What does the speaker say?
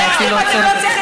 אני אפילו עוצרת את הזמן.